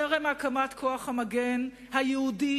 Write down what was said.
טרם הקמת כוח המגן היהודי,